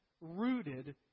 rooted